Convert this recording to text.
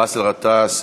באסל גטאס?